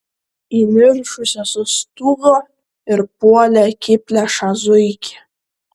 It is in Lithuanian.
įniršusios sustūgo ir puolė akiplėšą zuikį